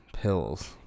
pills